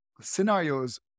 scenarios